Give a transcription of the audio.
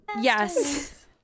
Yes